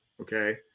Okay